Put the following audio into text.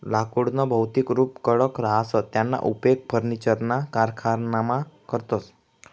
लाकुडनं भौतिक रुप कडक रहास त्याना उपेग फर्निचरना कारखानामा करतस